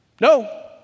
No